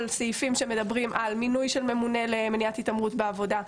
סעיפים שמדברים על מינוי של ממונה למניעת התעמרות בעבודה,